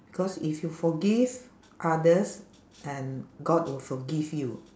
cause if you forgive others and god will forgive you